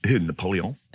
Napoleon